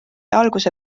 alguse